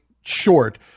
short